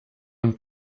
und